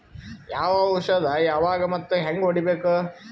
ಯಾವ ಔಷದ ಯಾವಾಗ ಮತ್ ಹ್ಯಾಂಗ್ ಹೊಡಿಬೇಕು?